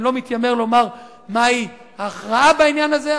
אני לא מתיימר לומר מהי ההכרעה בעניין הזה,